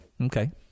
Okay